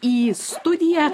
į studiją